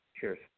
Cheers